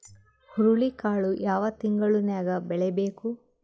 ಹುರುಳಿಕಾಳು ಯಾವ ತಿಂಗಳು ನ್ಯಾಗ್ ಬೆಳಿಬೇಕು?